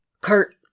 Kurt